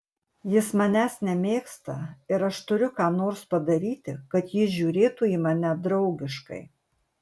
jis manęs nemėgsta ir aš turiu ką nors padaryti kad jis žiūrėtų į mane draugiškai